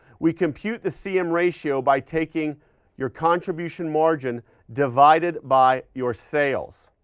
we compute the cm ratio by taking your contribution margin divided by your sales.